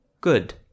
Good